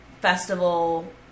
festival